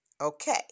Okay